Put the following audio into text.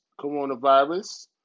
coronavirus